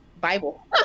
Bible